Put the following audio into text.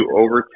over